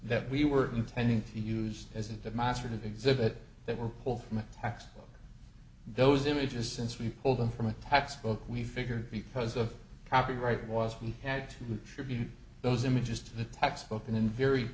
that we were intending to use as a demonstrative exhibit that were pulled from an x those images since we pulled them from a textbook we figure because of copyright was we had to tribute those images to the textbook and in very